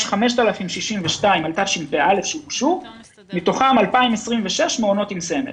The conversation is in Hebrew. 5,062 על תשפ"א מתוכם 2,026 מעונות עם סמל.